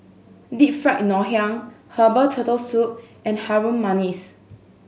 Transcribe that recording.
Deep Fried Ngoh Hiang herbal Turtle Soup and Harum Manis